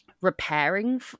repairing